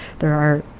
there are